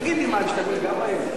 תגיד לי, מה, הם השתגעו לגמרי?